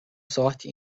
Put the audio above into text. sorte